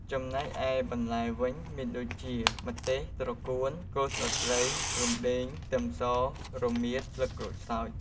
ចំណែកឯបន្លែវិញមានដូចជា ម្ទេស ត្រកួន គល់ស្លឹកគ្រៃ រំដេង ខ្ទឹមស រមៀត ស្លឹកក្រូចសើច។